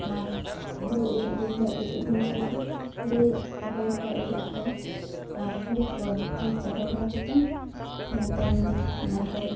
ᱟᱨ ᱦᱩᱲᱩ ᱤᱨᱚᱜ ᱫᱤᱱ ᱫᱚ ᱤᱨᱚᱜ ᱦᱚᱸᱧ ᱪᱟᱞᱟᱜᱼᱟ ᱦᱩᱲᱩ ᱨᱚᱦᱚᱭ ᱠᱚ ᱤᱨᱚᱜ ᱠᱚ ᱟᱨ ᱦᱩᱲᱩ ᱠᱚ ᱫᱟᱞ ᱪᱟᱵᱟ ᱵᱟᱲᱟ ᱠᱟᱛᱮᱫ ᱤᱱᱟᱹ ᱛᱟᱭᱚᱢ ᱫᱚ ᱵᱟᱦᱨᱮ